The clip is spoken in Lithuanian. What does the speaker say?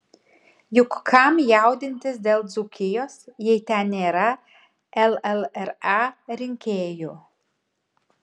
juk kam jaudintis dėl dzūkijos jei ten nėra llra rinkėjų